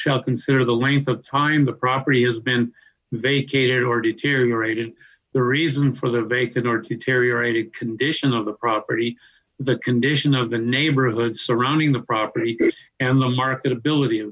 shall consider the length of time the property has been vacated or deteriorated the reason for the vacant deteriorating condition of the property the condition of the neighborhood surrounding the property and the marketability